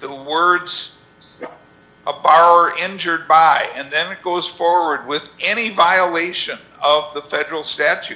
the words a bar injured by and then it goes forward with any violation of the federal statute